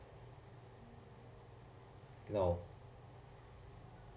no